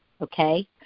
okay